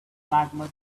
magma